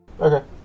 Okay